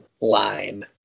line